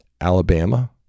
Alabama